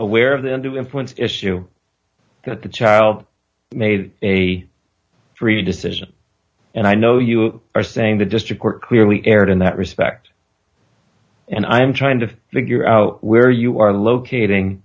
aware of the end of influence issue that the child made a free decision and i know you are saying the district court clearly erred in that respect and i'm trying to figure out where you are locating